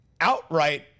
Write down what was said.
outright